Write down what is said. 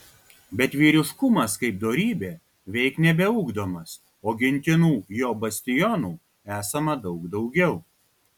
bet vyriškumas kaip dorybė veik nebeugdomas o gintinų jo bastionų esama daug daugiau